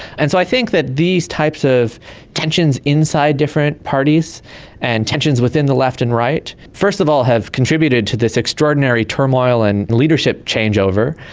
and so i think that these types of tensions inside different parties and tensions within the left and right first of all have contributed to this extraordinary turmoil and and leadership change-over,